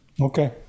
Okay